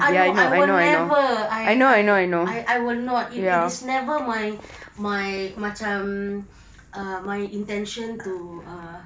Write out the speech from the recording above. ah no I will never I I I will not it it is never my my macam um my intentions to ah